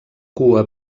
cua